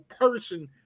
person